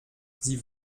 sie